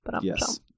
yes